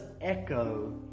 echo